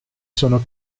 sono